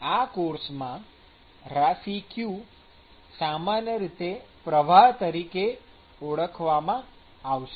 હવેથી આ કોર્સમાં રાશિ q સામાન્ય રીતે પ્રવાહ તરીકે ઓળખવામાં આવશે